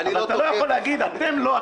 אבל אתה לא יכול להגיד: אתם לא,